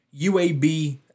UAB